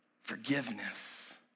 forgiveness